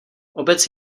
obec